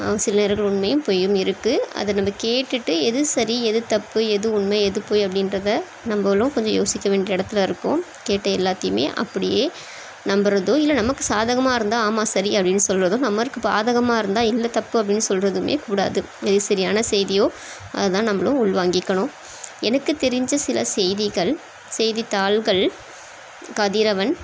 சில நேரங்கள் உண்மையும் பொய்யும் இருக்குது அதை நம்ம கேட்டுட்டு எது சரி எது தப்பு எது உண்ம எது பொய் அப்படின்றத நம்மளும் கொஞ்சம் யோசிக்க வேண்டிய எடத்துல இருக்கோம் கேட்ட எல்லாத்தையுமே அப்படியே நம்புகிறதோ இல்லை நமக்கு சாதகமாக இருந்தால் ஆமாம் சரி அப்படினு சொல்கிறதோ நம்மளுக்கு பாதகமா இருந்தால் இல்லை தப்பு அப்படினு சொல்கிறதுமே கூடாது எது சரியான செய்தியோ அதான் நம்மளும் உள்வாங்கிக்கணும் எனக்கு தெரிஞ்ச சில செய்திகள் செய்தித்தாள்கள் கதிரவன்